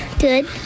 Good